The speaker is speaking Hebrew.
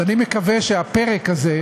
אז אני מקווה שהפרק הזה,